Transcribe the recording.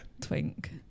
Twink